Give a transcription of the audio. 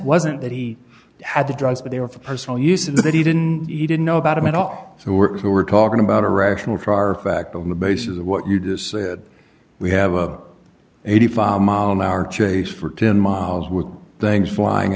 wasn't that he had the drugs but they were for personal use and that he didn't he didn't know about them at all so we're talking about a rational trier fact on the basis of what you just said we have a eighty five mile an hour chase for ten miles with things flying